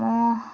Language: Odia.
ମୁଁ